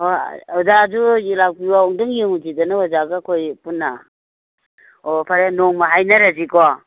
ꯑꯣꯖꯥꯖꯨ ꯖꯨꯂꯥꯛꯄꯤꯐꯥꯎꯕꯇꯪ ꯌꯦꯡꯉꯨꯁꯤꯗꯅ ꯑꯣꯖꯥꯒ ꯑꯩꯈꯣꯏ ꯄꯨꯟꯅ ꯑꯣ ꯐꯔꯦ ꯅꯣꯡꯃ ꯍꯥꯏꯅꯔꯁꯤꯀꯣ